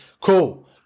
Cool